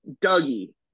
Dougie